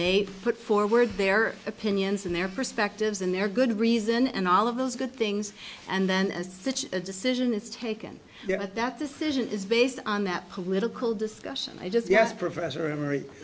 they put forward their opinions and their perspectives and their good reason and all of those good things and then as such a decision is taken at that decision is based on that political discussion i just yes professor